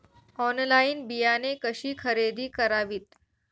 Online बियाणे कशी खरेदी करावीत?